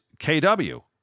KW